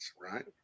right